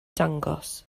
dangos